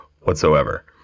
whatsoever